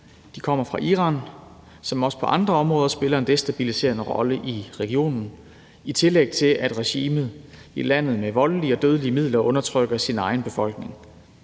kommer fra Iran, som også på andre områder spiller en destabiliserende rolle i regionen, i tillæg til at regimet i landet med voldelige og dødelige midler undertrykker sin egen befolkning.